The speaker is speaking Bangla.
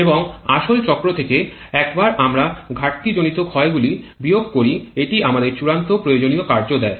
এবং আসল চক্র থেকে একবার আমরা ঘাটতিজনিত ক্ষয়গুলি বিয়োগ করি এটি আমাদের চূড়ান্ত প্রয়োজনীয় কার্য দেয়